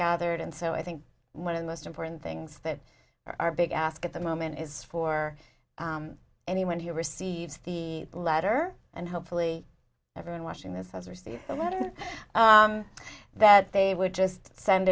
gathered and so i think one of the most important things that are a big ask at the moment is for anyone who receives the letter and hopefully everyone watching this has received a letter that they would just send